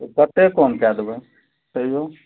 कतेक कम कै देबै तैओ